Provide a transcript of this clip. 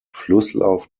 flusslauf